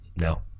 No